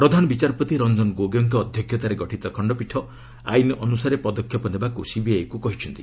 ପ୍ରଧାନ ବିଚାରପତି ରଞ୍ଜନ ଗୋଗୋଇଙ୍କ ଅଧ୍ୟକ୍ଷତାରେ ଗଠିତ ଖଣ୍ଡପୀଠ ଆଇନ ଅନୁସାରେ ପଦକ୍ଷେପ ନେବାକୁ ସିବିଆଇକୁ କହିଛନ୍ତି